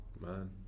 Man